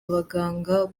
abaganga